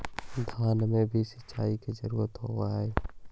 धान मे भी सिंचाई के जरूरत होब्हय?